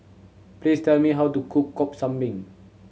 please tell me how to cook cop kambing